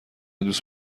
دوست